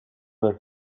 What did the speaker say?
most